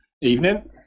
Evening